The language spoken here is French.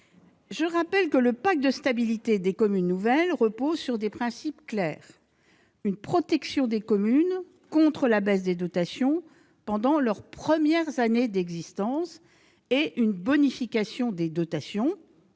le rappelle, le pacte de stabilité des nouvelles communes repose sur des principes clairs : la protection des communes contre la baisse des dotations pendant leurs premières années d'existence et une bonification des dotations-